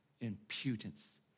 impudence